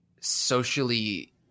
socially